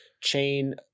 chain